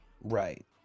Right